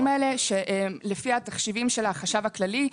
האלה לפי התחשיבים של החשב הכללי.